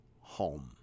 home